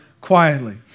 quietly